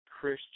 Christian